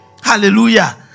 Hallelujah